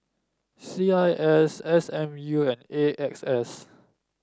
C I S S M U and A X S